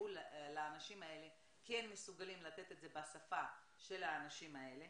הטיפול לאנשים האלה כן מסוגלים לתת את זה בשפה של האנשים אלה?